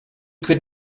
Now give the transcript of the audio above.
could